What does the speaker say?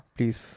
Please